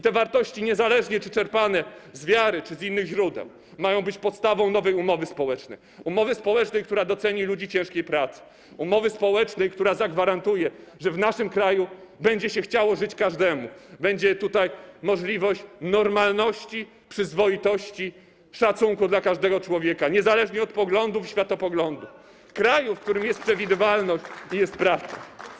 Te wartości niezależnie od tego, czy są czerpane z wiary, czy z innych źródeł, mają być podstawą nowej umowy społecznej, umowy społecznej, która doceni ludzi ciężkiej pracy, umowy społecznej, która zagwarantuje, że w naszym kraju będzie się chciało żyć każdemu, że będzie tutaj możliwa normalność, przyzwoitość, szacunek dla każdego człowieka niezależnie od poglądów i światopoglądu, w kraju, w którym jest przewidywalność i jest prawda.